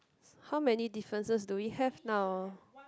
how many differences do we have now